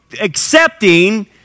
accepting